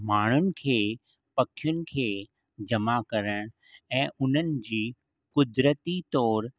माण्हुनि खे पखियुनि खे जमा करणु ऐं उन्हनि जी क़ुदरती तौरु